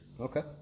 Okay